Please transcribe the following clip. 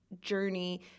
journey